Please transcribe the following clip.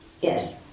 Yes